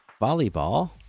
volleyball